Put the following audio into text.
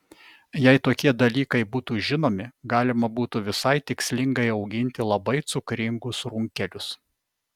jei tokie dalykai būtų žinomi galima būtų visai tikslingai auginti labai cukringus runkelius